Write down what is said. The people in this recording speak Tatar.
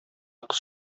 кыз